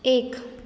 एक